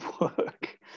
work